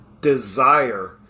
desire